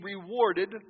rewarded